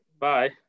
Bye